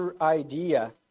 idea